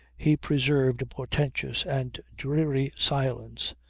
he preserved a portentous and dreary silence.